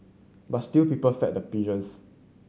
but still people fed the pigeons